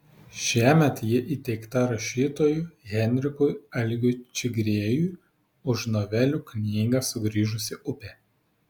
šiemet ji įteikta rašytojui henrikui algiui čigriejui už novelių knygą sugrįžusi upė